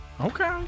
Okay